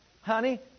Honey